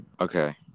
Okay